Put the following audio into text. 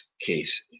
case